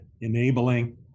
enabling